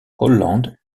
hollande